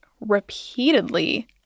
repeatedly